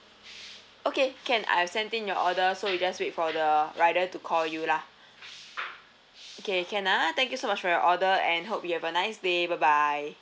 okay can I've send in your order so you just wait for the rider to call you lah okay can ah thank you so much for your order and hope you have a nice day bye bye